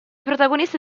protagonisti